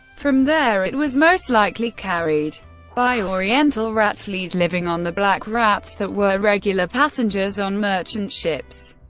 from there, it was most likely carried by oriental rat fleas living on the black rats that were regular passengers on merchant ships.